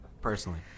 personally